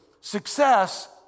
success